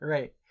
Right